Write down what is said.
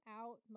out